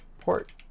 port